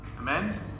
Amen